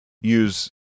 use